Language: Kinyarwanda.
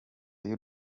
y’u